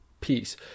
peace